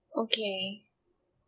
okay